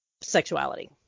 sexuality